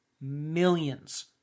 millions